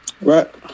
Right